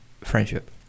friendship